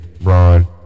Ron